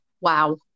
wow